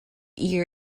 year